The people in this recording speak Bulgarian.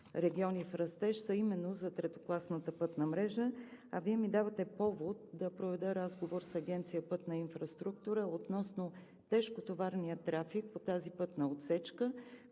„Региони в растеж“ са именно за третокласната пътна мрежа, а Вие ми давате повод да проведа разговор с Агенция „Пътна инфраструктура“ относно тежкотоварния трафик по тази пътна отсечка,